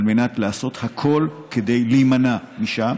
על מנת לעשות הכול כדי להימנע מזה.